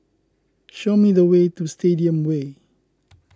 show me the way to Stadium Way